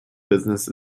business